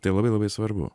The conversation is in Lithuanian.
tai labai labai svarbu